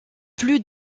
plus